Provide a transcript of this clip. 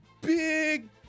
big